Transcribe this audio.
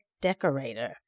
decorator